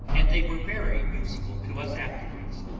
and they were very useful to us afterwards.